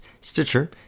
Stitcher